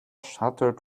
shuttered